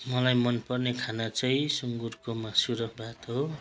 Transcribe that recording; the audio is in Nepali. मलाई मनपर्ने खाना चाहिँ सुँगुरको मासु र भात हो